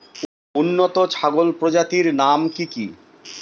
উন্নত ছাগল প্রজাতির নাম কি কি?